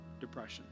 depression